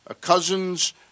Cousins